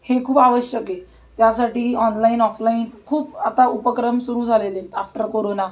हे खूप आवश्यक आहे त्यासाठी ऑनलाईन ऑफलाईन खूप आता उपक्रम सुरू झालेले आहेत आफ्टर कोरोना